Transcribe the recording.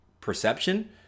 perception